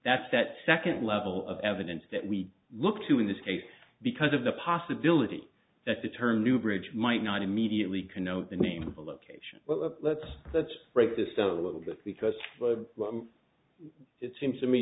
that's that second level of evidence that we look to in this case because of the possibility that the term new bridge might not immediately connote the name of a location well let's let's break this a little bit because it seems to me